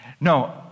No